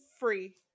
free